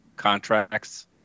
contracts